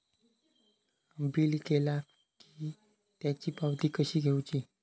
Bill केला की त्याची पावती कशी घेऊची?